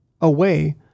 away